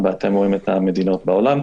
רואים את המדינות בעולם.